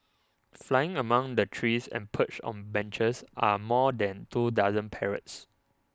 flying among the trees and perched on benches are more than two dozen parrots